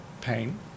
pain